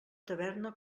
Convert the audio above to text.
taverna